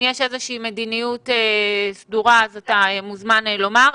אם יש איזושהי מדיניות סדורה אתה מוזמן לומר,